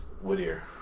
Whittier